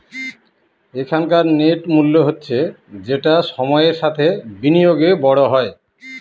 এখনকার নেট মূল্য হচ্ছে যেটা সময়ের সাথে বিনিয়োগে বড় হয়